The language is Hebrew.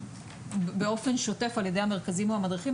באופן שוטף על ידי המרכזים והמדריכים,